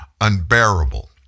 unbearable